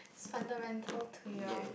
fundamental to your